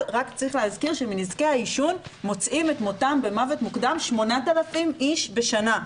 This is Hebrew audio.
צריך להזכיר שמנזקי העישון מוצאים את מותם במוות מוקדם 8,000 איש לשנה.